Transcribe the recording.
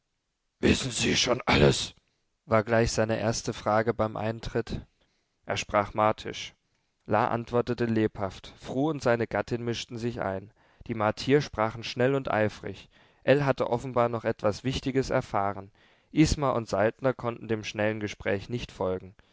wissen sie schon alles war gleich seine erste frage beim eintritt er sprach martisch la antwortete lebhaft fru und seine gattin mischten sich ein die martier sprachen schnell und eifrig ell hatte offenbar noch etwas wichtiges erfahren isma und saltner konnten dem schnellen gespräch nicht folgen